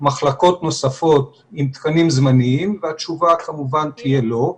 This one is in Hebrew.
מחלקות נוספות עם תקנים זמניים והתשובה כמובן תהיה לא.